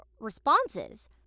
responses